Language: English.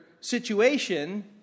situation